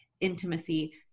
intimacy